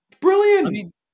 Brilliant